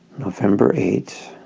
november eight